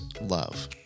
love